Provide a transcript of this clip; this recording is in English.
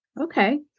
Okay